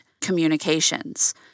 communications